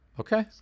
okay